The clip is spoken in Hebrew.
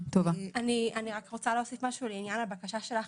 אני רוצה להוסיף משהו לעניין הבקשה שלך